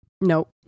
Nope